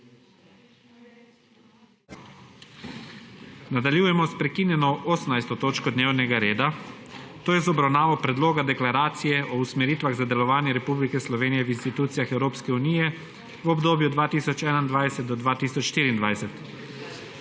**Nadaljujemo s prekinjeno 18. točko dnevnega reda, to je z obravnavo Predloga deklaracije o usmeritvah za delovanje Republike Slovenije v institucijah Evropske unije v obdobju 2021–2024.**